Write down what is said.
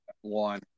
one